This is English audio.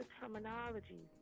terminology